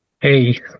Hey